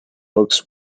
books